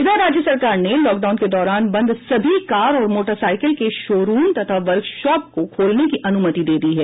इधर राज्य सरकार ने लॉकडाउन के दौरान बंद सभी कार और मोटरसाईकिल के शोरूम और वर्कशॉप को खोलने की अनुमति दे दी है